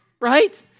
right